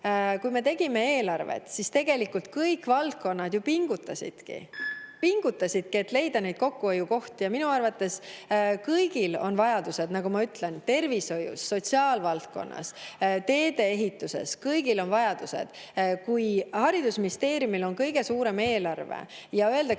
kui me tegime eelarvet, siis kõik valdkonnad ju pingutasidki, nad pingutasidki, et leida kokkuhoiukohti. Kõigil on vajadused, nagu ma ütlesin: tervishoius, sotsiaalvaldkonnas, teedeehituses. Kõigil on vajadused. Haridusministeeriumil on kõige suurem eelarve ja öeldakse,